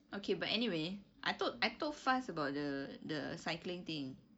okay but anyway I told I told faz about the the cycling thing